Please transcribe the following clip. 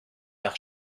par